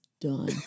done